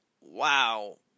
Wow